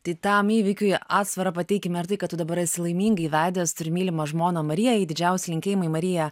tai tam įvykiui atsvarą pateikime ar tai kad tu dabar esi laimingai vedęs turi mylimą žmoną mariją jai didžiausi linkėjimai marija